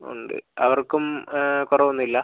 ഉണ്ട് അവർക്കും കുറവൊന്നും ഇല്ല